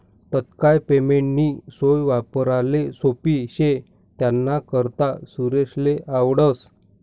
तात्काय पेमेंटनी सोय वापराले सोप्पी शे त्यानाकरता सुरेशले आवडस